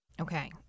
Okay